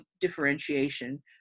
differentiation